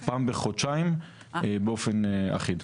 זה פעם בחודשיים באופן אחיד.